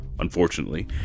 unfortunately